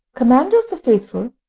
commander of the faithful,